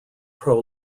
pro